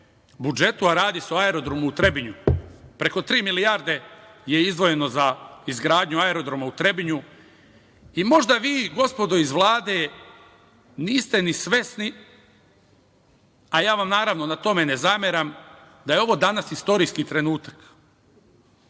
budžetu, a radi se o aerodromu u Trebinju. Preko tri milijarde je izdvojeno za izgradnju aerodroma u Trebinju. Možda vi gospodo iz Vlade niste ni svesni, a ja vam naravno na tome ne zameram, da je ovo danas istorijski